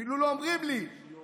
אפילו לא אומרים לי למה,